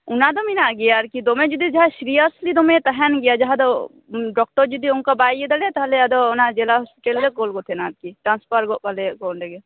ᱚᱱᱟᱫᱚ ᱢᱮᱱᱟᱜ ᱜᱮᱭᱟ ᱟᱨᱠᱤ ᱫᱚᱢᱮ ᱡᱩᱫᱤ ᱡᱟᱦᱟᱸᱭ ᱥᱤᱨᱤᱭᱟᱥᱞᱤ ᱫᱚᱢᱮᱭ ᱛᱟᱦᱮᱱ ᱜᱮᱭᱟ ᱡᱟᱦᱟᱸ ᱫᱚ ᱰᱳᱠᱴᱳᱨ ᱡᱩᱫᱤ ᱚᱱᱟ ᱵᱟᱭ ᱤᱭᱟᱹ ᱫᱟᱲᱮᱭᱟᱜᱼᱟ ᱛᱟᱦᱚᱞᱮ ᱟᱫᱚ ᱚᱱᱟ ᱡᱮᱞᱟ ᱦᱳᱥᱯᱤᱴᱟᱞᱮ ᱠᱳᱞ ᱜᱚᱫ ᱠᱟᱭᱟ ᱟᱨᱠᱤ ᱴᱨᱟᱱᱥᱯᱷᱟᱨ ᱜᱚᱫ ᱠᱟᱭᱟᱞᱮ ᱚᱰᱮ ᱜᱮ